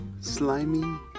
slimy